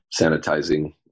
sanitizing